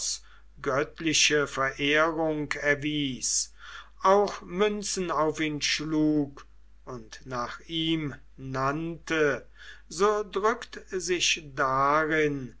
göttliche verehrung erwies auch münzen auf ihn schlug und nach ihm nannte so drückt sich darin